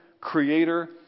creator